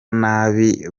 nabi